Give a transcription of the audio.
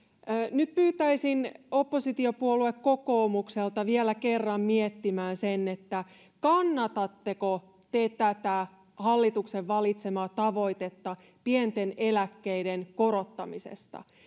nyt pyytäisin oppositiopuolue kokoomusta vielä kerran miettimään kannatatteko te tätä hallituksen valitsemaa tavoitetta pienten eläkkeiden korottamisesta